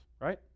right